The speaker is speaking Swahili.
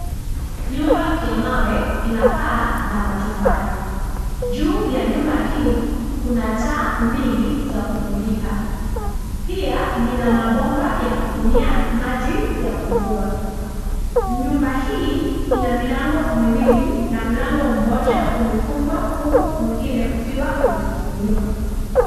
Nyumba ya mawe inapaa la matofali, juu ya nyumba hii kuna taa mbili za kumulika pia lina mabomba yakufunia maji ya mvua, nyumba hii inamilango miwili na mlango mmoja umefungwa huku mwingine ukiwa umefunguliwa.